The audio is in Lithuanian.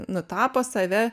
nutapo save